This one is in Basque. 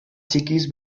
txikiz